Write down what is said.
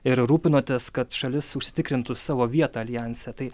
ir rūpinotės kad šalis užsitikrintų savo vietą aljanse tai